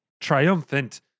triumphant